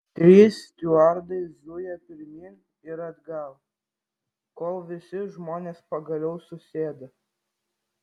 trys stiuardai zuja pirmyn ir atgal kol visi žmonės pagaliau susėda